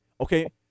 Okay